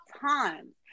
times